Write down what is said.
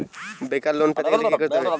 বেকার লোন পেতে গেলে কি করতে হবে?